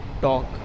talk